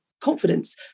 confidence